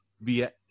via